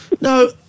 No